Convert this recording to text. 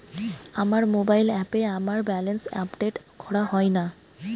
আমার মোবাইল অ্যাপে আমার ব্যালেন্স আপডেট করা হয় না